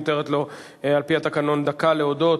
מותרת לו על-פי התקנון דקה להודות,